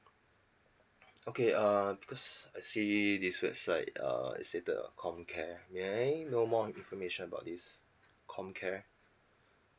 okay err because I see this website err it stated a comcare may I know more information about this comcare